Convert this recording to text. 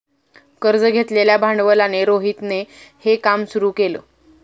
कर्ज घेतलेल्या भांडवलाने रोहितने हे काम सुरू केल